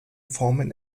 formen